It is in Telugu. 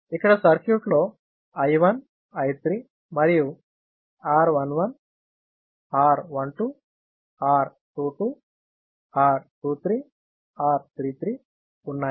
ఇక్కడ సర్క్యూట్లో I1 I 3 మరియు R 1 1 R 1 2 R 2 2 R 2 3 R 3 3 ఉన్నాయి